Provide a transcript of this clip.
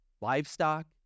livestock